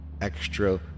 extra